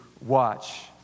watch